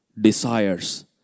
desires